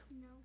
No